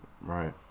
right